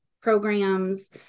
programs